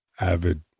avid